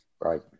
Right